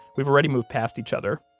we've already moved past each other,